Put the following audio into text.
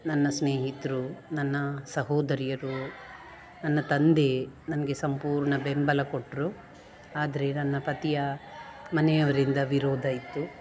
ನನ್ನ ಸ್ನೇಹಿತರು ನನ್ನ ಸಹೋದರಿಯರು ನನ್ನ ತಂದೆ ನನಗೆ ಸಂಪೂರ್ಣ ಬೆಂಬಲ ಕೊಟ್ಟರು ಆದರೆ ನನ್ನ ಪತಿಯ ಮನೆಯವರಿಂದ ವಿರೋಧ ಇತ್ತು